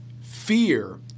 Fear